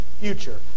future